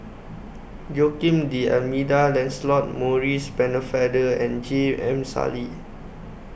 Joaquim D'almeida Lancelot Maurice Pennefather and J M Sali